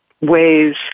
ways